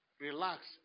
Relax